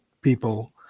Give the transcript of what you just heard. people